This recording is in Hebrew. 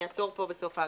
אני אעצור פה בסוף ההגדרות.